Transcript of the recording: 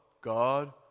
God